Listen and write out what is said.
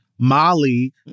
Molly